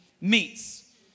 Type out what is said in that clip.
meets